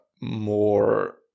more